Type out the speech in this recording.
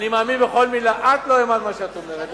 אני מאמין בכל מלה, את לא האמנת למה שאת אומרת.